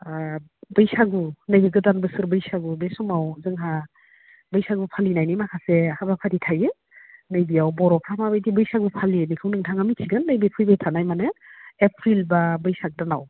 बैसागु नैबे गोदान बोसोर बैसागु बे समाव जोंहा बैसागु फालिनायनि माखासे हाबाफारि थायो नैबेयाव बर'फोरा माबायदि बैसागु फालियो बेखौ नोंथाङा मिथिगोन नैबे फैबाय थानाय माने एप्रिल बा बैसागो दानाव